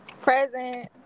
Present